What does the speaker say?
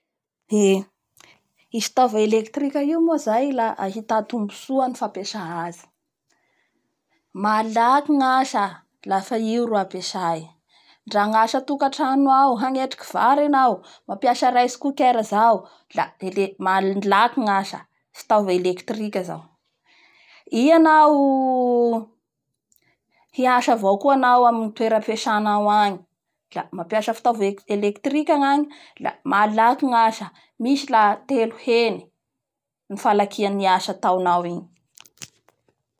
Eee i fitaova electrique io moa zay la ahita tombotsoa ny fampiesa azy malaky ny asa lafa io ro ampesay ndra ny asa antokatrano ao, hangetriky vary enao mampiasa rice cooker zao la delé malaky gnasa fitaova electique zao, i anao hiasa avao koa anao amin'ny toera fiesanao agny la mampiasa fitaova eé-electrique ny any la malaky gnasa misy a teo heny ny falakian'ny asa ataonao iny.